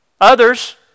Others